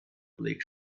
bleak